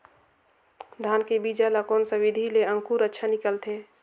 धान के बीजा ला कोन सा विधि ले अंकुर अच्छा निकलथे?